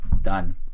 done